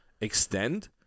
extend